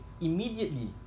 immediately